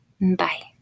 Bye